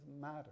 matter